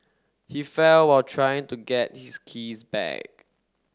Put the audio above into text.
he fell while trying to get his keys back